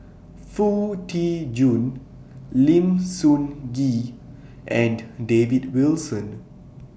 Foo Tee Jun Lim Sun Gee and David Wilson